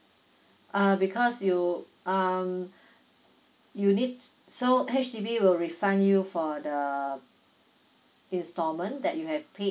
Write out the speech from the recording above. err because you um you need t~ so H_D_B will refund you for the installment that you have paid